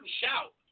shout